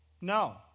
No